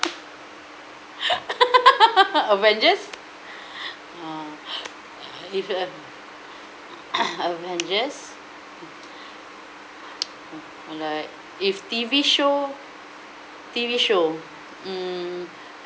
avengers uh if you are avengers oh alright if T_V show T_V show mm